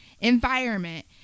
environment